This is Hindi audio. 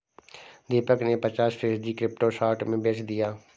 दीपक ने पचास फीसद क्रिप्टो शॉर्ट में बेच दिया